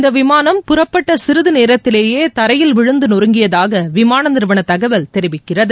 இந்த விமானம் புறப்பட்ட சிறிது நேரத்திலேயே தரையில் விழுந்து நொறுங்கியதாக விமான நிறுவன தகவல் தெரிவிக்கிறது